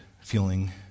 feeling